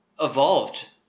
evolved